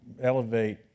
elevate